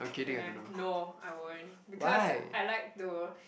when I no I won't because I like to